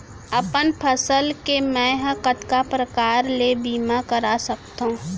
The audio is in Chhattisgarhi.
अपन फसल के मै ह कतका प्रकार ले बीमा करा सकथो?